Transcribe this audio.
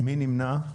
מי נמנע?